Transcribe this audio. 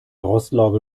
rostlaube